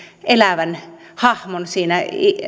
elävän hahmon siinä